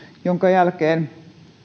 jonka jälkeen